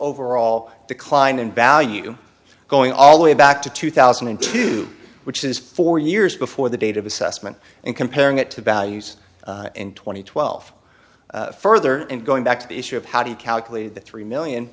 overall decline in value going all the way back to two thousand and two which is four years before the date of assessment and comparing it to values in two thousand and twelve further and going back to the issue of how do you calculate that three million